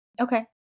Okay